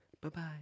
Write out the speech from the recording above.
Bye-bye